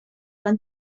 van